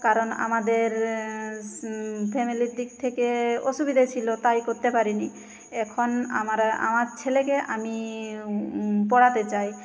কারণ আমাদের ফ্যামিলির দিক থেকে অসুবিধা ছিলো তাই করতে পারি নি এখন আমারা আমার ছেলেকে আমি পড়াতে চাই